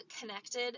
connected